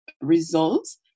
Results